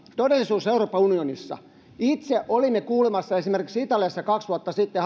todellisuus euroopan unionissa itse olin kuulemassa esimerkiksi italiassa kaksi vuotta sitten